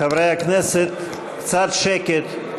חברי הכנסת, קצת שקט.